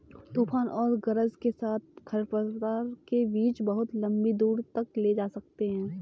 तूफान और गरज के साथ खरपतवार के बीज बहुत लंबी दूरी तक ले जा सकते हैं